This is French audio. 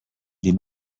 des